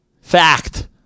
Fact